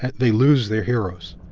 they lose their heroes.